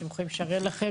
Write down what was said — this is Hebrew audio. אתם יכולים לשריין לכם.